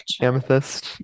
amethyst